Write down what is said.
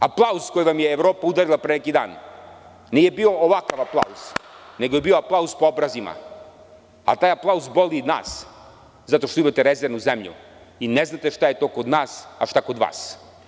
Aplauz koji vam je Evropa udarila pre neki dan nije bio ovakav aplauz, nego je bio aplauz po obrazima, a taj aplauz boli nas, zato što imate rezervnu zemlju i ne znate šta je to kod nas, a šta kod vas.